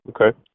okay